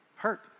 hurt